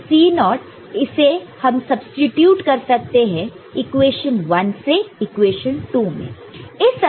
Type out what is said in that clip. तो C0 nought naught इसे हम सब्सीट्यूट कर सकते हैं इक्वेशन 1 से इक्वेशन 2 में